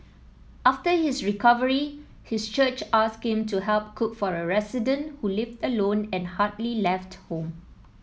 after his recovery his church asked him to help cook for a resident who lived alone and hardly left home